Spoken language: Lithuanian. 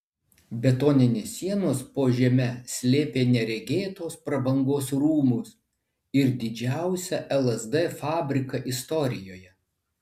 betoninės sienos po žeme slėpė neregėtos prabangos rūmus ir didžiausią lsd fabriką istorijoje